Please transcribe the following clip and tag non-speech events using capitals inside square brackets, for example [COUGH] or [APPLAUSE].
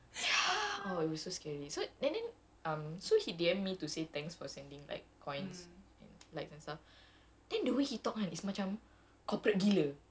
ya oh it was so scary so and then um so he D_M me to say thanks for sending like coins and likes and stuff [BREATH] then the way he talk kan is macam corporate gila